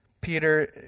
Peter